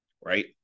right